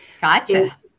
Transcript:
Gotcha